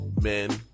men